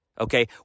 Okay